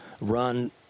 run –